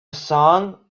song